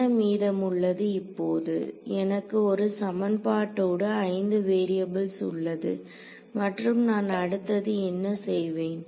என்ன மீதமுள்ளது இப்போது எனக்கு ஒரு சமன்பாட்டோடு 5 வேரியபுள்ஸ் உள்ளது மற்றும் நான் அடுத்தது என்ன செய்வேன்